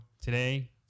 today